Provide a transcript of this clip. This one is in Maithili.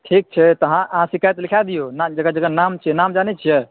ठीक छै तऽ अहाँ शिकायत लिखा दियौ जकर जकर नाम छै नाम जानै छियै